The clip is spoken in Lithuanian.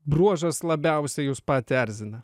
bruožas labiausiai jus patį erzina